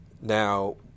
now